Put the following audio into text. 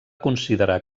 considerar